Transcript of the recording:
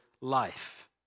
life